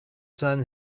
sun